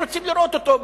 הם רוצים לראות אותו,